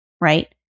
right